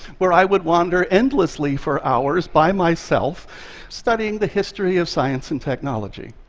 where i would wander endlessly for hours by myself studying the history of science and technology.